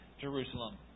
Jerusalem